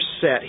set